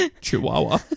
Chihuahua